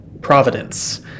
providence